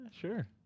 Sure